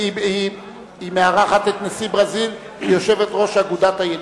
היא מארחת את נשיא ברזיל כיושבת-ראש אגודת הידידות.